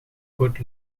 good